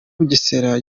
bugesera